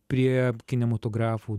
prie kinematografų